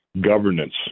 governance